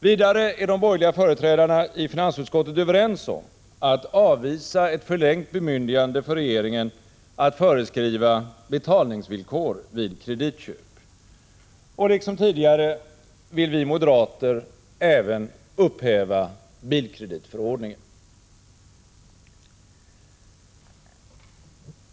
Vidare är de borgerliga företrädarna i finansutskottet överens om att avvisa ett förlängt bemyndigande för regeringen att föreskriva betalningsvillkor vid kreditköp. Liksom tidigare vill vi moderater även upphäva bilkreditförordningen.